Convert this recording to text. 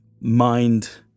mind